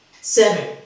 Seven